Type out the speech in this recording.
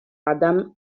adam